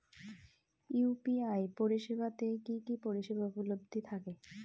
UPI পরিষেবা তে কি কি পরিষেবা উপলব্ধি থাকে?